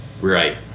right